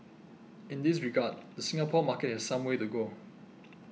in this regard the Singapore market has some way to go